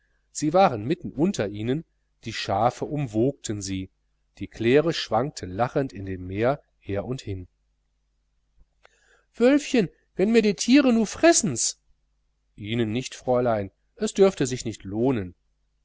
sie waren mitten unter ihnen die schafe umwogten sie die claire schwankte lachend in dem meer her und hin wölfchen wenn mir die tieren nu fressens ihnen nicht fräulein es dürfte sich nicht lohnen